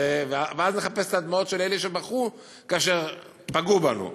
ואז לחפש את הדמעות של אלה שבכו כאשר פגעו בנו.